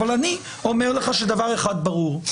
אבל אני אומר לך שדבר אחד ברור.